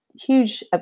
huge